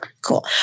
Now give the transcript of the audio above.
Cool